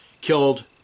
killed